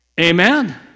Amen